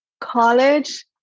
College